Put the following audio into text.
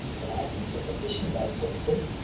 the lanterns of the fishing-boats at sea.